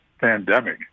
pandemic